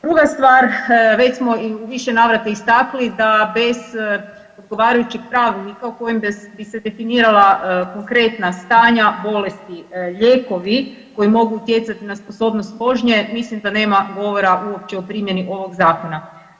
Druga stvar, već smo u više navrata istakli da bez odgovarajućih pravilnika u kojem bi se definirala konkretna stanja bolesti, lijekovi koji mogu utjecati na sposobnost vožnje, mislim da nema govora uopće u primjeni ovog zakona.